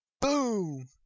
Boom